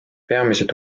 peamised